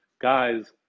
guys